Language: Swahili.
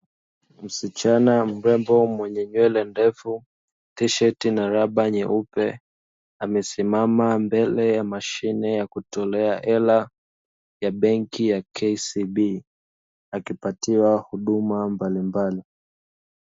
Msichana marembo mwenye nywele ndefu, tisheti na raba nyeupe amesimama mbele ya mashine za kutolea ela ya benki ya "KCB" akipatiwa huduma mbalimbali.